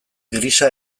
grisa